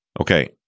Okay